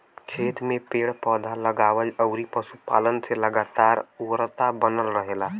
खेत में पेड़ पौधा, लगवला अउरी पशुपालन से लगातार उर्वरता बनल रहेला